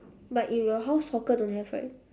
but if your house hawker don't have right